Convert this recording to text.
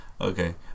Okay